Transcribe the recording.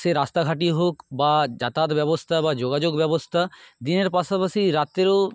সে রাস্তাঘাটই হোক বা যাতায়াত ব্যবস্থা বা যোগাযোগ ব্যবস্থা দিনের পাশাপাশি রাত্তিরেও